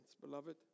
beloved